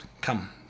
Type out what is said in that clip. come